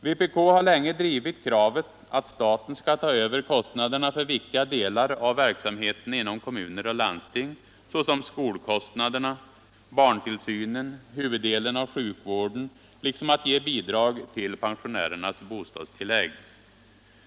Vpk har länge drivit kravet att staten skall ta över kostnaderna för viktiga delar av verksamheten inom kommuner och landsting, såsom skolan, barntillsynen och huvuddelen av sjukvården, liksom att den skall ge bidrag till pensionärernas bostadstillägg.